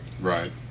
right